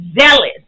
zealous